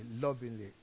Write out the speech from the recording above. lovingly